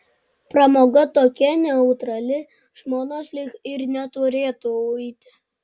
pramoga tokia neutrali žmonos lyg ir neturėtų uiti